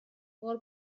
بار